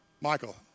Michael